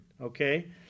okay